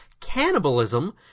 cannibalism